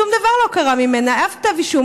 שום דבר לא קרה ממנה, אף כתב אישום.